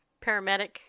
paramedic